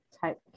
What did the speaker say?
type